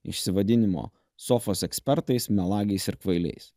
išsivadinimo sofos ekspertais melagiais ir kvailiais